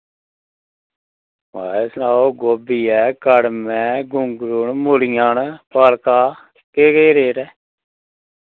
म्हाराज सनाओ गोभी ऐ कड़म ऐ गुंग्गलू ऐ मूल्लियां न पालका दा केह् केह् रेट ऐ